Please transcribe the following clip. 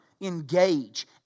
engage